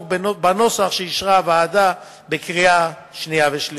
בנוסח שאישרה הוועדה בקריאה השנייה ובקריאה השלישית.